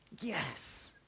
yes